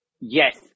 yes